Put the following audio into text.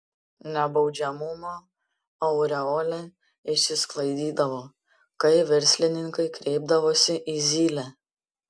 nebaudžiamumo aureolė išsisklaidydavo kai verslininkai kreipdavosi į zylę